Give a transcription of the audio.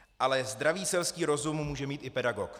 Ale zdravý selský rozum může mít i pedagog.